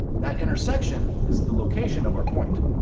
that intersections is the location of our point.